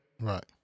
Right